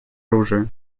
оружия